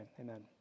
amen